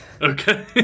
Okay